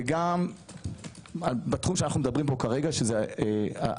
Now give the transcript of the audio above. וגם בתחום שאנחנו מדברים בו כרגע שזה החופים.